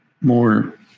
more